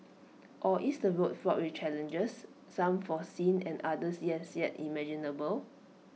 or is the road fraught with challenges some foreseen and others yes yet imaginable